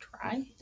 try